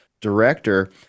director